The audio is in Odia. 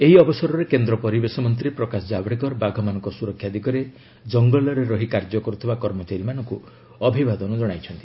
ଏହି ଅବସରରେ କେନ୍ଦ୍ର ପରିବେଶ ମନ୍ତ୍ରୀ ପ୍ରକାଶ ଜାବଡେକର ବାଘମାନଙ୍କର ସୁରକ୍ଷା ଦିଗରେ ଜଙ୍ଗଲରେ ରହି କାର୍ଯ୍ୟ କରୁଥିବା କର୍ମଚାରୀମାନଙ୍କୁ ଅଭିବାଦନ ଜଣାଇଛନ୍ତି